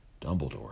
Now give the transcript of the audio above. Dumbledore